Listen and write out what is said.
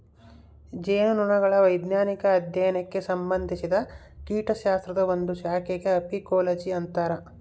ಜೇನುನೊಣಗಳ ವೈಜ್ಞಾನಿಕ ಅಧ್ಯಯನಕ್ಕೆ ಸಂಭಂದಿಸಿದ ಕೀಟಶಾಸ್ತ್ರದ ಒಂದು ಶಾಖೆಗೆ ಅಫೀಕೋಲಜಿ ಅಂತರ